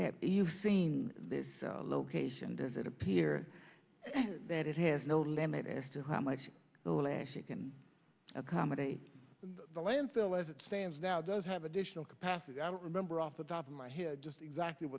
there you've seen this location does it appear that it has no limit as to how much the less it can accommodate the landfill as it stands now does have additional capacity i don't remember off the top of my head just exactly